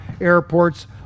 airports